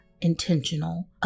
intentional